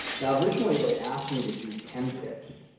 now, originally they asked me to do ten tips.